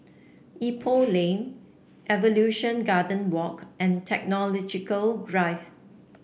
Ipoh Lane Evolution Garden Walk and Technological Drive